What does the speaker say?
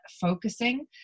focusing